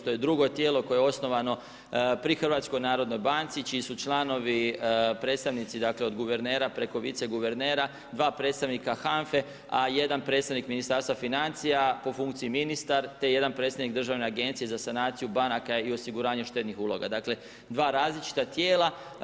To je drugo tijelo koje je osnovano pri HNB-u čiji su članovi predstavnici od guvernera preko vice guvernera, 2 predstavnika HANFA-e, a jedan predstavnik Ministarstva financija, po funkciji ministar te jedan predstavnik državne agencije za sanaciju banaka i osiguranje štednih uloga, dakle dva različita tijela.